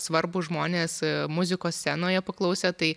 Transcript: svarbūs žmonės muzikos scenoje paklausė tai